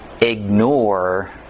ignore